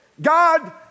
God